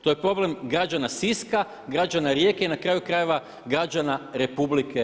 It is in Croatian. To je problem građana Siska, građana Rijeke i na kraju krajeva građana RH.